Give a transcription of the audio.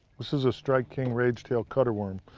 this is a strike king rage tail cut-r worm.